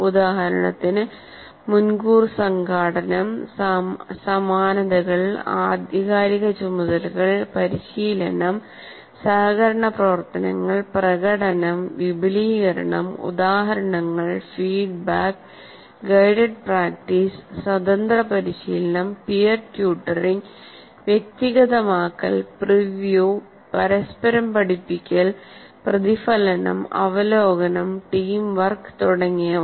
ഉദാഹരണത്തിന് മുൻകൂർ സംഘാടനം സമാനതകൾ ആധികാരിക ചുമതലകൾ പരിശീലനം സഹകരണ പ്രവർത്തനങ്ങൾ പ്രകടനം വിപുലീകരണം ഉദാഹരണങ്ങൾ ഫീഡ്ബാക്ക് ഗൈഡഡ് പ്രാക്ടീസ് സ്വതന്ത്ര പരിശീലനം പിയർ ട്യൂട്ടറിംഗ് വ്യക്തിഗതമാക്കൽ പ്രിവ്യൂ പരസ്പരം പഠിപ്പിക്കൽ പ്രതിഫലനം അവലോകനം ടീം വർക്ക് തുടങ്ങിയവ